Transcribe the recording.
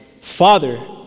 Father